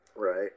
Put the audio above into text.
Right